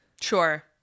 Sure